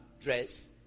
dress